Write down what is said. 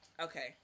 Okay